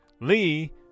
Lee